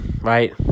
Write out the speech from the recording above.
right